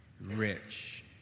rich